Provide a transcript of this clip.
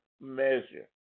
measure